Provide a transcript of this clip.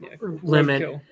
limit